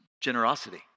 generosity